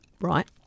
Right